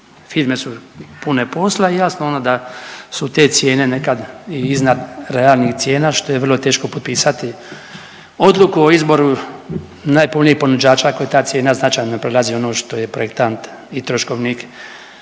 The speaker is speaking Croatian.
firme su pune posla i jasno onda da su te cijene nekad i iznad realnih cijena što je vrlo teško potpisati odluku o izboru najpovoljnijeg ponuđača ako ta cijena značajno ne prelazi ono što je projektant i troškovnik